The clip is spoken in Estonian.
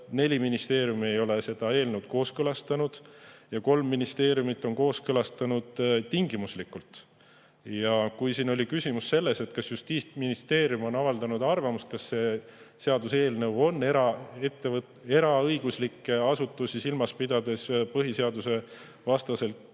neli ministeeriumi ei ole seda eelnõu kooskõlastanud ja kolm ministeeriumi on kooskõlastanud tingimuslikult. Ja kui siin oli küsimus selles, kas Justiitsministeerium on avaldanud arvamust, kas see seaduseelnõu on eraõiguslikke asutusi silmas pidades põhiseaduse vastaselt